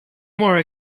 more